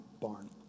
barn